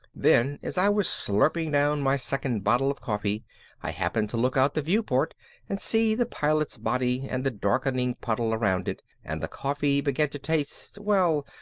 then as i was slurping down my second bottle of coffee i happened to look out the viewport and see the pilot's body and the darkening puddle around it and the coffee began to taste, well,